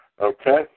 Okay